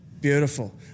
Beautiful